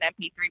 MP3